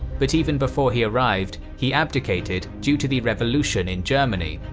but even before he arrived, he abdicated due to the revolution in germany,